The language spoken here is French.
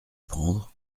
prendre